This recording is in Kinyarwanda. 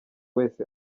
wese